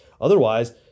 Otherwise